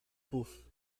pus